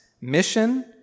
mission